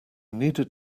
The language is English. needed